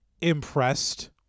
impressed